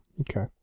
Okay